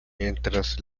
mientras